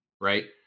right